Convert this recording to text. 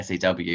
SAW